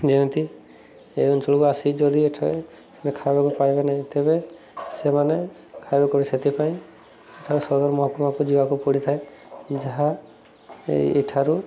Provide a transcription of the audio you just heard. ଯେମିତି ଏ ଅଞ୍ଚଳକୁ ଆସି ଯଦି ଏଠାରେ ଖାଇବାକୁ ପାଇବେ ନାହିଁ ତେବେ ସେମାନେ ଖାଇବାକୁ ସେଥିପାଇଁ ସଦର ମହାକୁମାକୁ ଯିବାକୁ ପଡ଼ିଥାଏ ଯାହା ଏଠାରୁ